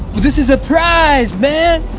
well this is a prize, man.